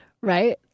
right